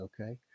okay